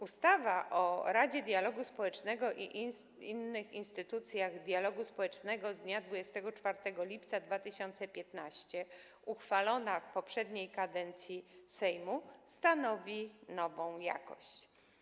Ustawa o Radzie Dialogu Społecznego i innych instytucjach dialogu społecznego z dnia 24 lipca 2015 r. uchwalona w poprzedniej kadencji Sejmu stanowi nową jakość.